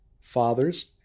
fathers